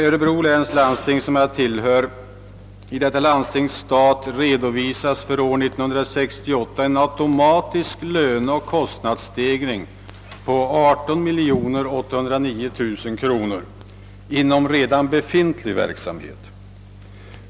Örebro läns landsting, som jag tillhör, redovisar i sin stat för 1968 en automatisk löneoch kostnadsstegring på 18 809 000 kronor inom redan befintlig verksamhet.